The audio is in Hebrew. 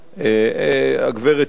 הגברת לבני,